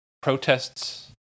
protests